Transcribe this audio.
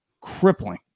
crippling